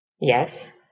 Yes